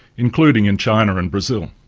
including in china and brazil.